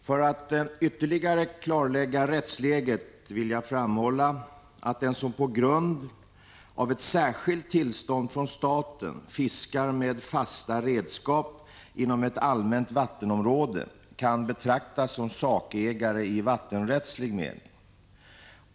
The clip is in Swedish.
Fru talman! För att ytterligare klarlägga rättsläget vill jag framhålla att den som på grund av särskilt tillstånd från staten fiskar med fasta redskap inom ett allmänt vattenområde kan betraktas som sakägare i vattenrättslig mening.